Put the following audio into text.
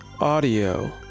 audio